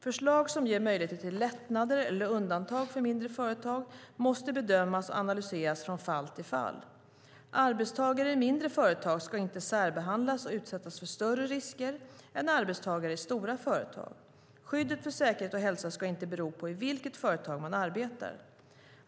Förslag som ger möjligheter till lättnader eller undantag för mindre företag måste bedömas och analyseras från fall till fall. Arbetstagare i mindre företag ska inte särbehandlas och utsättas för större risker än arbetstagare i stora företag. Skyddet för säkerhet och hälsa ska inte bero på i vilket företag man arbetar.